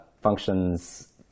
functions